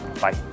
Bye